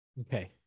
okay